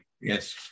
Yes